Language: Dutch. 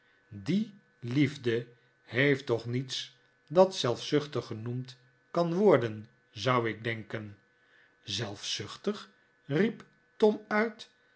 die liefde heeft toch niets dat zelfzuchtig genoemd kan worden zou ik denken zelfzuchtig riep tom uit